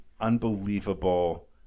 unbelievable